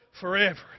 forever